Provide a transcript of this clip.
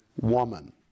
woman